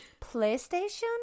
PlayStation